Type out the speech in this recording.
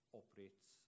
operates